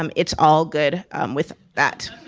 um it's all good with that.